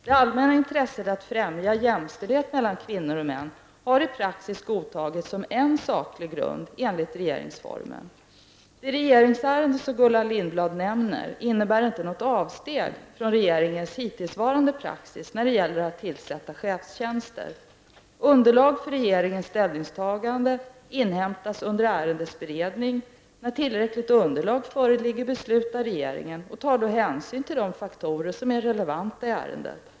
Det allmänna intresset att främja jämställdhet mellan kvinnor och män har i praxis godtagits som en saklig grund enligt regeringsformen. Det regeringsärende som Gullan Lindblad nämner innebär inte något avsteg från regeringens hittillsvarande praxis när det gäller att tillsätta chefstjänster. Underlag för regeringens ställningstagande inhämtas under ärendets beredning. När tillräckligt underlag föreligger beslutar regeringen och tar då hänsyn till de faktorer som är relevanta i ärendet.